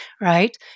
right